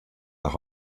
nach